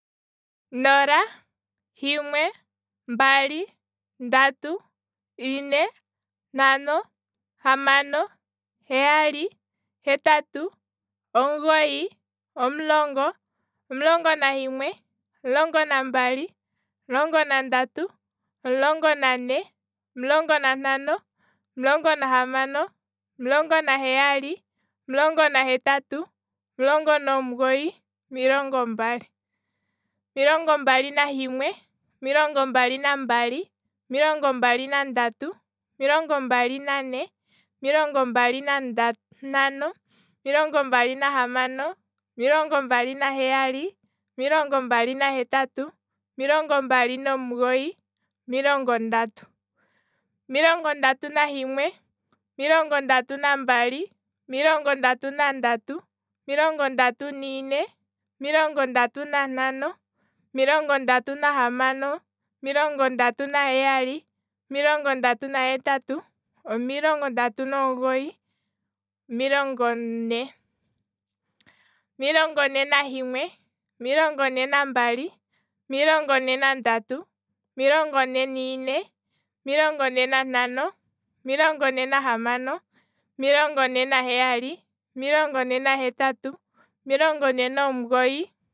Nola, himwe, mbali, ndatu, ine, ntano, hamano, heyali, hetatu, omugoyi, omulongo, omulongo nahimwe, omulongo nambali, omulongo nandatu, omulongo niine, omulongo nantano, omulongo nahamano. omulongo naheyali, omulongo nahetatu, omulongo nomugoyi, omilongo mbali, omilongo mbali nahimwe, omilongo mbali nambali, omilongo mbali nandatu, omilongo mbali nane, omilongo mbali nantano, omilongo mbali nahamano, omilongo mbali naheyali, omilongo mbali nahetatu, omilongo mbali nomugoyi, omilongo ndatu, omilongo ndatu nahimwe, omilongo ndatu nambali, omilongo ndatu nandatu, omilongo ndatu niine, omilongo ndatu nantano, omilongo ndatu nahamano, omilongo ndatu naheyali, omilongo ndatu nahetatu, omilongo ndatu nomugoyi, omilongo ne, omilongo ne nahimwe, omilongo ne nambali, omilongo ne nandatu, omilongo ne niine, omilongo ne nantano, omilongo ne nahamano, omilongo ne naheyali, omilongo ne nahetatu, omilongo ne nomugoyi